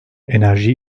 enerji